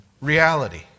reality